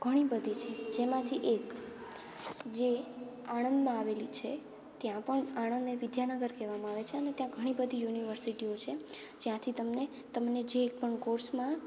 ઘણી બધી છે જેમાંથી એક જે આણંદમાં આવેલી છે ત્યાં પણ આણંદને વિદ્યાનગર કહેવામાં આવે છે અને ત્યાં ઘણી બધી યુનિવર્સિટીઓ છે જ્યાંથી તમને તમને જે પણ કોર્સમાં